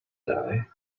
die